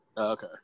Okay